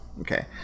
okay